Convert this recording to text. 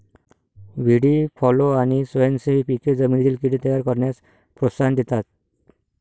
व्हीडी fallow आणि स्वयंसेवी पिके जमिनीतील कीड़े तयार करण्यास प्रोत्साहन देतात